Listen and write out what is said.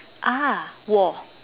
ah wall